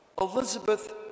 Elizabeth